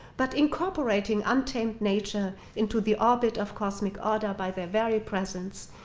but incorporating untamed nature into the orbit of cosmic order by their very presence.